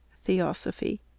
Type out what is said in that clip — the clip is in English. Theosophy